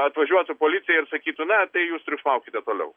atvažiuotų policija ir sakytų na tai jūs triukšmaukite toliau